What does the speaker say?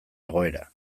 egoera